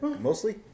Mostly